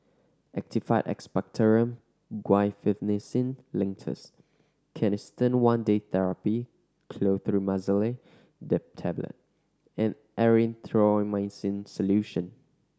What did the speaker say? Actified Expectorant Guaiphenesin Linctus Canesten One Day Therapy Clotrimazole Tablet and Erythroymycin Solution